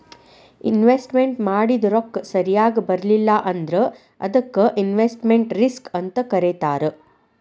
investment ಮಾಡಿದ್ ರೊಕ್ಕ ಸರಿಯಾಗ್ ಬರ್ಲಿಲ್ಲಾ ಅಂದ್ರ ಅದಕ್ಕ ಇನ್ವೆಸ್ಟ್ಮೆಟ್ ರಿಸ್ಕ್ ಅಂತ್ ಕರೇತಾರ